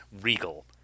regal